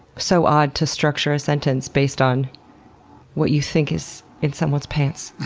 so odd to structure a sentence based on what you think is in someone's pants.